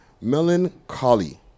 Melancholy